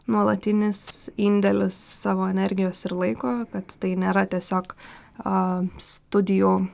nuolatinis indėlis savo energijos ir laiko kad tai nėra tiesiog a studijų